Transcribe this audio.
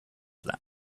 that